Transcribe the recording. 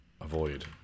avoid